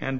and